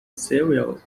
cereals